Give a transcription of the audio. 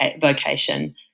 vocation